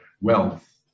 wealth